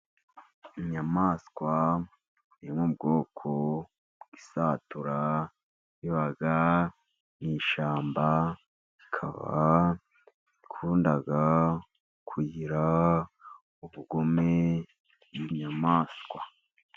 Inyamaswa yo mu bwoko bw'isatura, iba mu ishyamba ikaba ikunda kugira ubugome ni inyamaswa.